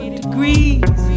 degrees